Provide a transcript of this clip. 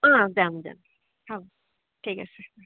অহ যাম যাম হ'ব ঠিক আছে